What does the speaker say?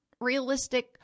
realistic